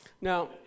Now